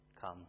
come